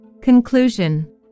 Conclusion